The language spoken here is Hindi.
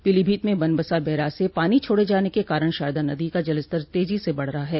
पीलीभीत में बनबसा बैराज से पानी छोड़े जाने के कारण शारदा नदी का जलस्तर तेजी से बढ़ रहा है